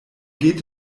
geht